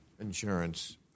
insurance